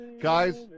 Guys